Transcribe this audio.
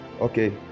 okay